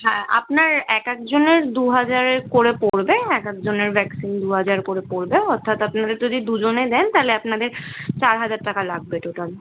হ্যাঁ আপনার এক একজনের দু হাজারে করে পড়বে এক একজনের ভ্যাকসিন দু হাজার করে পড়বে অর্থাৎ আপনাদের যদি দুজনে দেন তালে আপনাদের চার হাজার টাকা লাগবে টোটাল